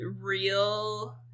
real